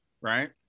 right